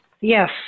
Yes